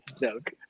joke